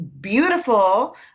Beautiful